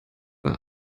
war